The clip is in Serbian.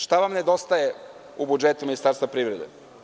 Šta vam nedostaje u budžetu Ministarstva privrede?